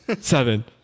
Seven